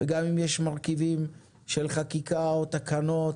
גם אם יש מרכיבים של חקיקה או תקנות,